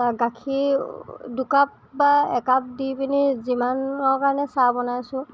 তাৰ গাখীৰ দুকাপ বা একাপ দি পিনি যিমানৰ কাৰণে চাহ বনাইছোঁ